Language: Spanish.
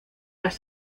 las